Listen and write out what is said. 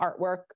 artwork